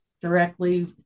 directly